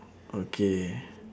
okay